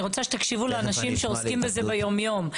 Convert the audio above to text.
אני רוצה שתקשיבו לאנשים שעוסקים בזה ביום יום.